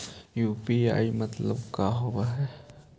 UPI मतलब का होब हइ?